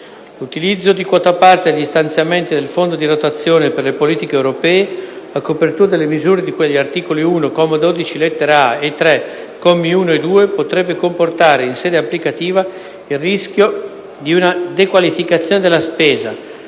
l’utilizzo dıquota parte degli stanziamenti del Fondo di rotazione per le politiche europee, a copertura delle misure di cui agli articoli 1, comma 12, lettera a), e 3, commi 1 e 2, potrebbe comportare, in sede applicativa, il rischio di una dequaliflcazione della spesa,